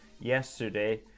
yesterday